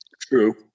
True